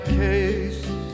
case